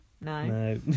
No